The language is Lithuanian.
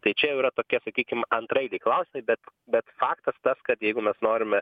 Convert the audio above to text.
tai čia jau yra tokie sakykim antraeiliai klausimai bet bet faktas tas kad jeigu mes norime